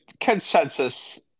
consensus